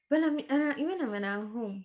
but like me and I even when I'm home